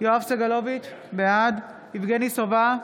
יואב סגלוביץ' בעד יבגני סובה,